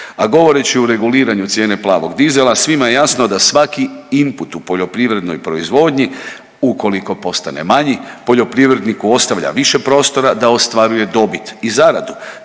A govoreći o reguliranju cijene plavog dizela svima je jasno da svaki imput u poljoprivrednoj proizvodnji ukoliko postane manji poljoprivredniku ostavlja više prostora da ostvaruje dobit i zaradu